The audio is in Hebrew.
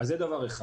זה דבר אחד.